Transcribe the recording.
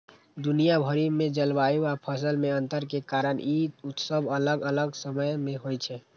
दुनिया भरि मे जलवायु आ फसल मे अंतर के कारण ई उत्सव अलग अलग समय मे होइ छै